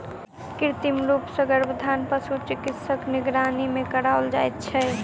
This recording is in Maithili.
कृत्रिम रूप सॅ गर्भाधान पशु चिकित्सकक निगरानी मे कराओल जाइत छै